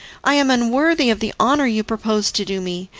i am unworthy of the honour you propose to do me,